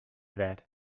that